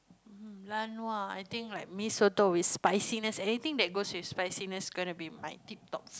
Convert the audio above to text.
um I think like Mee-Soto with spiciness anything that goes with spiciness going to be my tip top food